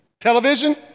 Television